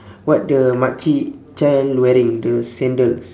what the mak cik child wearing the sandals